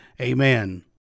Amen